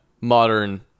Modern